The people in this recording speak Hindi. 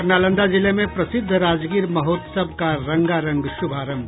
और नालंदा जिले में प्रसिद्ध राजगीर महोत्सव का रंगारंग शुभारंभ